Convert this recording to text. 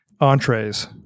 entrees